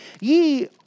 ye